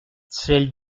celle